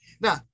now